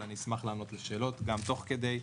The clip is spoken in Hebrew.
אבל אשמח לענות לשאלות תוך כדי,